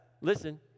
listen